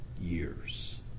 years